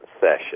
session